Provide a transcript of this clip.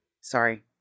Sorry